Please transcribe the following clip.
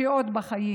כשהיא עוד בחיים.